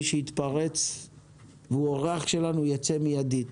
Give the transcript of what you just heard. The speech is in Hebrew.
מי שיתפרץ והוא אורח שלנו, יצא מידית.